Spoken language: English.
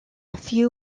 few